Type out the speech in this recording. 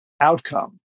outcome